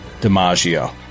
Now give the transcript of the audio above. Dimaggio